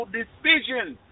decisions